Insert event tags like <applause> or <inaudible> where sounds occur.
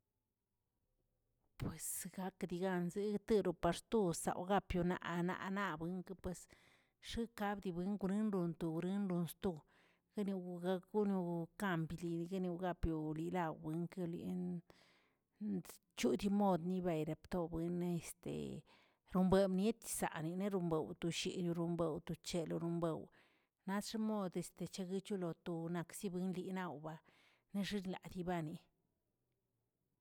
Pues gak dii gan zeteropaxtoꞌsaw apionaꞌ anaꞌa naꞌa buin keꞌ pues xekaꞌa dibuengorondonsto <unintelligible> kan bili nonogapio lilaꞌa rambuinkeliꞌen choꞌ dii mod ni baireꞌe ptoꞌ wenneꞌ <hesitation> robuen miet yisaꞌ, ani rerebon tushirin, buew tochero, rebuw nadxmodeꞌ este techeguestoloto nakzibuenling liꞌ nawbaꞌa nexeꞌleddibani.